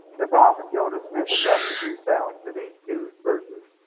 the prophet joseph smith addresses himself to these two verses.